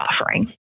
offering